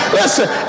Listen